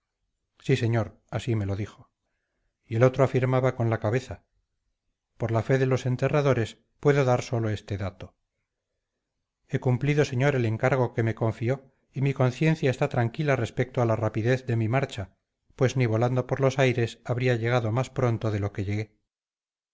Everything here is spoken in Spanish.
sí señor así me lo dijo y el otro afirmaba con la cabeza por la fe de los enterradores puedo dar sólo este dato he cumplido señor el encargo que me confió y mi conciencia está tranquila respecto a la rapidez de mi marcha pues ni volando por los aires habría llegado más pronto de lo que llegué